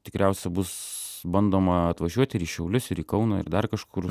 tikriausia bus bandoma atvažiuot ir į šiaulius ir į kauną ir dar kažkur